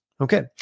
okay